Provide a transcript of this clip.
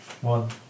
one